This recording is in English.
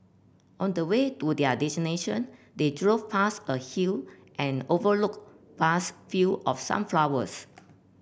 on the way to their destination they drove past a hill and overlooked vast field of sunflowers